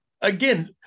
again